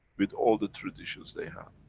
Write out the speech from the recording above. with all the traditions they have?